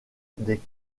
des